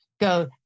go